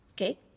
Okay